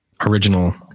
original